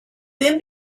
then